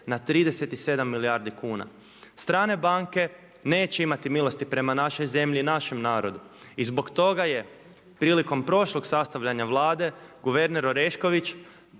na 37 milijardi kuna. Strane banke neće imati milosti prema našoj zemlji i našem narodu i zbog toga je prilikom prošlog sastavljanja Vlade guverner Orešković